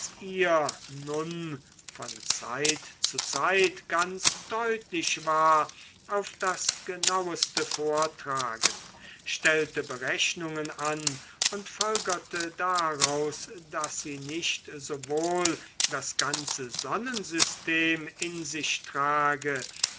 ihr nur von zeit zu zeit ganz deutlich war auf das genaueste vortragen stellte berechnungen an und folgerte daraus daß sie nicht sowohl das ganze sonnensystem in sich trage